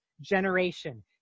generation